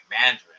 Mandarin